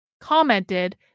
commented